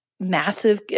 massive